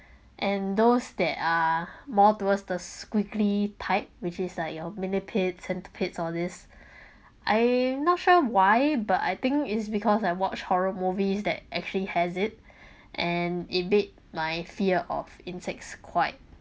and those that are more towards the squiggly type which is like your millipedes centipedes all this I not sure why but I think it's because I watch horror movies that actually has it and it evade my fear of insects quite